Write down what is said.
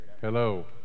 hello